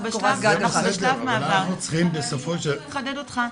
אבל אנחנו צריכים בסופו של --- אני אחדד אותך.